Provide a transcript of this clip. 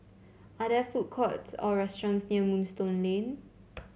are there food courts or restaurants near Moonstone Lane